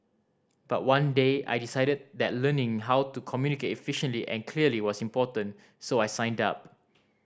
but one day I decided that learning how to communicate efficiently and clearly was important so I signed up